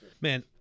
Man